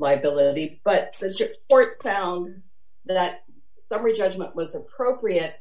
liability but this trip or that summary judgment was appropriate